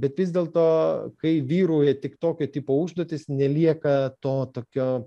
bet vis dėlto kai vyrauja tik tokio tipo užduotys nelieka to tokio